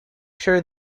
sure